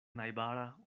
najbara